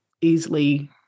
easily